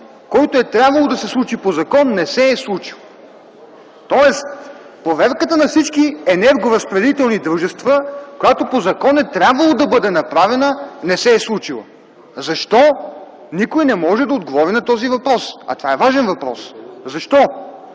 който е трябвало да се случи по закон, не се е случил. Тоест проверката на всички енергоразпределителни дружества, която по закон е трябвало да бъде направена, не се е случила. Защо? Никой не може да отговори на този въпрос, а той е важен. Защо?